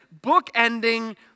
bookending